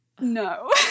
No